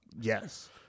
Yes